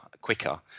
quicker